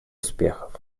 успехов